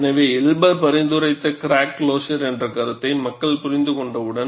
எனவே எல்பர் பரிந்துரைத்த crack closure என்ற கருத்தை மக்கள் புரிந்துகொண்டவுடன்